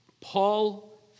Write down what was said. Paul